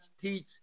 teach